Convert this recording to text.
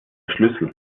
schlüssel